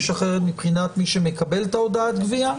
אחרת מבחינת מי שמקבל את הודעת הגבייה?